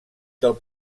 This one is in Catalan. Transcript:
del